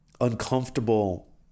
uncomfortable